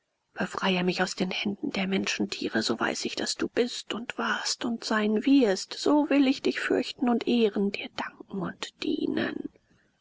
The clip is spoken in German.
befreie mich aus den händen der menschentiere so weiß ich daß du bist und warst und sein wirst so will ich dich fürchten und ehren dir danken und dienen